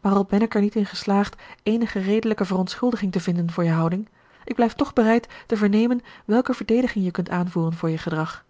al ben ik er niet in geslaagd eenige redelijke verontschuldiging te vinden voor je houding ik blijf toch bereid te vernemen welke verdediging je kunt aanvoeren voor je gedrag